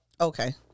Okay